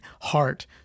heart